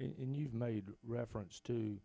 in you've made reference to